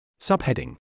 Subheading